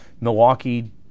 Milwaukee